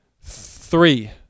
Three